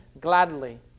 gladly